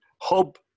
hub